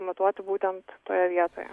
matuoti būtent toje vietoje